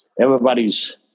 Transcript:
everybody's